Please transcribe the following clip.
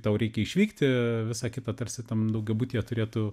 tau reikia išvykti visa kita tarsi tam daugiabutyje turėtų